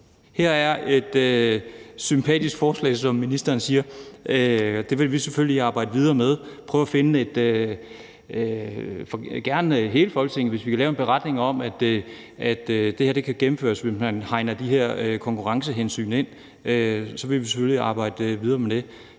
Her er et sympatisk forslag, som ministeren siger, og det vil vi selvfølgelig arbejde videre med. Vi vil prøve at finde et flertal, gerne hele Folketinget, for, at vi kan lave en beretning om, at det her kan gennemføres, hvis man hegner de her konkurrencehensyn ind, og så vil vi selvfølgelig arbejde videre med det.